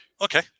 Okay